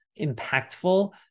impactful